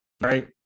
right